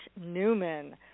Newman